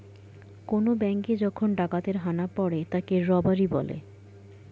কোন ব্যাঙ্কে যখন ডাকাতের হানা পড়ে তাকে রবারি বলে